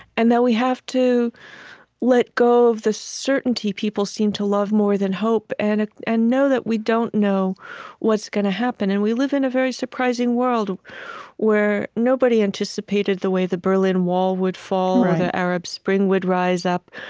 and that we have to let go of the certainty people seem to love more than hope and and know that we don't know what's going to happen. and we live in a very surprising world where nobody anticipated the way the berlin wall would fall or the arab spring would rise up,